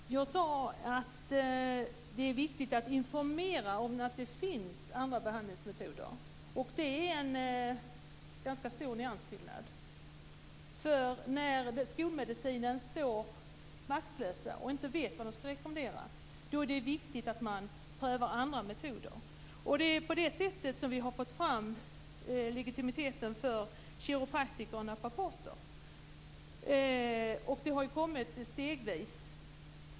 Fru talman! Jag sade att det är viktigt att informera om att det finns andra behandlingsmetoder. Det är en ganska stor nyansskillnad. När skolmedicinen står maktlös och inte vet vad man skall rekommendera är det viktigt att pröva andra metoder. Det är på det sättet vi har fått fram legitimiteten för kiropraktiker och naprapater, och det har ju skett stegvis.